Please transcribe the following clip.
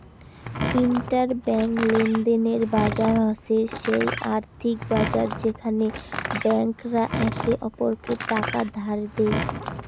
inter bank লেনদেনের বাজার হসে সেই আর্থিক বাজার যেখানে ব্যাংক রা একে অপরকে টাকা ধার দেই